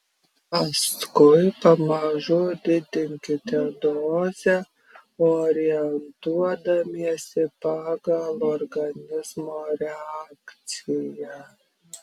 paskui pamažu didinkite dozę orientuodamiesi pagal organizmo reakciją